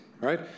right